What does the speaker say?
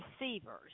receivers